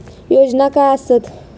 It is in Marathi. योजना काय आसत?